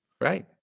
Right